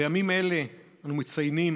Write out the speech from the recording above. בימים אלה אנו מציינים,